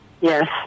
Yes